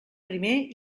primer